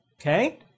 Okay